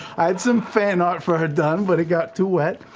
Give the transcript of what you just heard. i had some fan art for her done, but it got too wet.